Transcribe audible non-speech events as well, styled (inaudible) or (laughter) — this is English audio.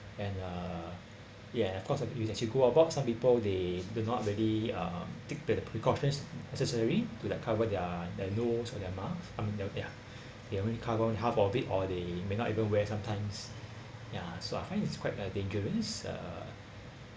and uh ya of course you actually go about some people they do not really uh take pe~~ precautions necessary to like cover their their nose or their mouth I mean ya (breath) they only cover half of it or they may not even wear sometimes ya so I find it's quite uh dangerous uh